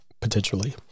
Potentially